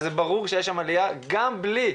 ברור שיש שם עליה גם בלי.